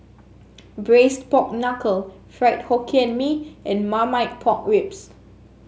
Braised Pork Knuckle Fried Hokkien Mee and Marmite Pork Ribs